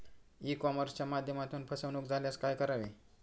E कॉमर्सच्या माध्यमातून फसवणूक झाल्यास काय करावे?